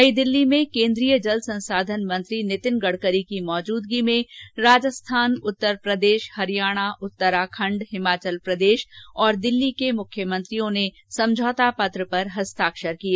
नई दिल्ली में केन्द्रीय जल संसाधन मंत्री नितिन गडकरी की मौजूदगी में राजस्थान उत्तरप्रदेश हरियाणा उत्तराखंडहिमाचल प्रदेश और दिल्ली के मुख्यमंत्रियों ने समझौता पत्र पर हस्ताक्षर किए